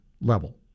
level